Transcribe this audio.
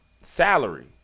salary